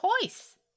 choice